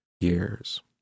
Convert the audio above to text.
years